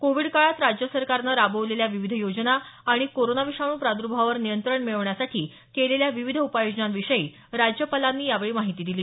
Covid काळात राज्य सरकारनं राबवलेल्या विविध योजना आणि कोरोना विषाणू प्रादर्भावावर नियंत्रण मिळवण्यासाठी केलेल्या विविध उपाययोजनांविषयी राज्यपालांनी यावेळी माहिती दिली